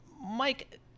Mike